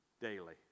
daily